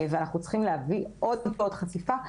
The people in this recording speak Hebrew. אנחנו צריכים להביא עוד חשיפה,